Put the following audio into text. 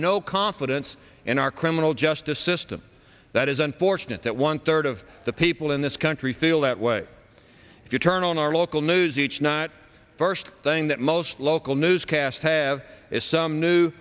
no confidence in our criminal justice system that is unfortunate that one third of the people in this country feel that way if you turn on our local news each not first thing that most local newscasts have is some new